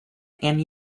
and